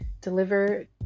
deliver